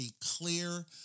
clear